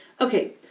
okay